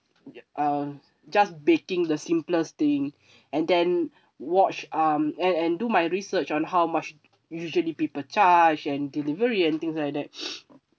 uh just baking the simplest thing and then watched um and and do my research on how much usually people charged and delivery and things like that